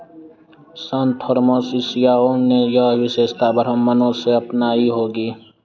संत Thomas ईसयाओं ने यह विशेषता ब्राह्मणों से अपनाई होगी